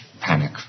Panic